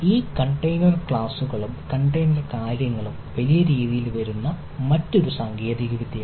ഈ കണ്ടെയ്നർ ക്ലാസുകളും കണ്ടെയ്നർ കാര്യങ്ങളും വലിയ രീതിയിൽ വരുന്ന മറ്റൊരു സാങ്കേതികവിദ്യ ആണ്